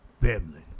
Family